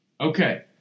Okay